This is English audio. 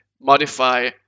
modify